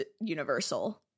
universal